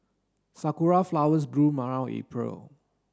sakura flowers bloom around April